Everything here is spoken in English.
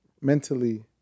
mentally